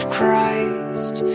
Christ